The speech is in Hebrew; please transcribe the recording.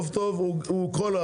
עוף טוב הוא בהכול,